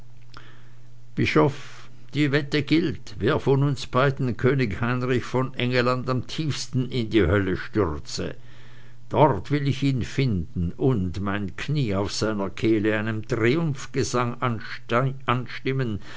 bischof die wette gilt wer von uns beiden könig heinrich von engelland am tiefsten in die hölle stürze dort will ich ihn finden und mein knie auf seiner kehle einen triumphgesang anstimmen